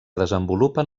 desenvolupen